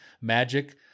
Magic